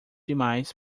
demais